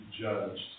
judged